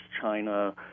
China